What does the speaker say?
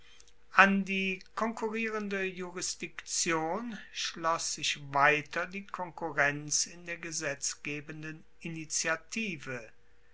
an die konkurrierende jurisdiktion schloss sich weiter die konkurrenz in der gesetzgebenden initiative